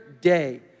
day